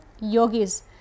yogis